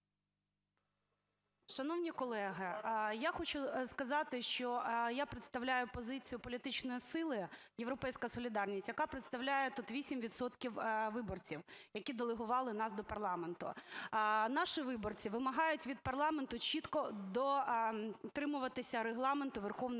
Шановні колеги, я хочу сказати, що я представляю позицію політичної сили "Європейська солідарність", яка представляє тут 8 відсотків виборців, які делегували нас до парламенту. Наші виборці вимагають від парламенту чітко дотримуватися Регламенту Верховної Ради